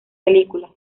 películas